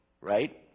right